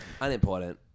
Unimportant